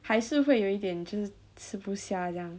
还是会有一点吃不下这样